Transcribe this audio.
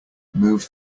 move